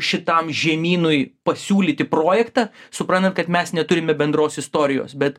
šitam žemynui pasiūlyti projektą suprantant kad mes neturime bendros istorijos bet